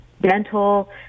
dental